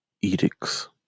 Edicts